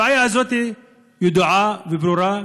הבעיה הזאת ידועה וברורה,